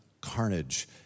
carnage